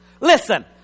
Listen